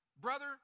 Brother